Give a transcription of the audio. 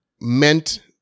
meant